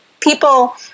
People